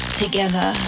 together